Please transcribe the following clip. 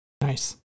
Nice